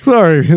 Sorry